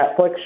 Netflix